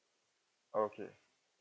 okay